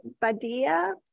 Badia